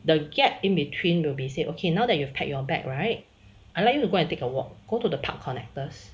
the gap in between will be said okay now that you have pack your bag right I like you to go and take a walk go to the park connectors